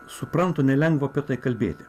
suprantu nelengva apie tai kalbėti